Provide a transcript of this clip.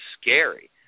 scary